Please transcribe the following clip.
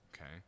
okay